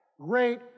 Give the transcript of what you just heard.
great